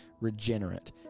regenerate